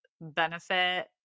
benefit